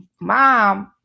mom